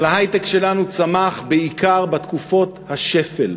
אבל ההיי-טק שלנו צמח בעיקר בתקופות השפל,